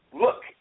look